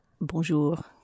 Bonjour